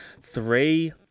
three